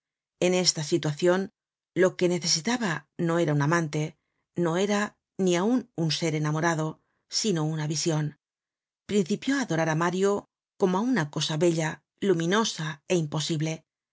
en esta situacion lo que necesitaba no era un amante no era ni aun un ser enamorado sino una vision principió á adorar á mario como á una cosa bella luminosa é imposible